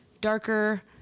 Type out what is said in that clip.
darker